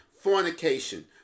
fornication